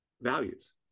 values